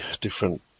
different